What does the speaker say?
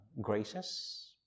graces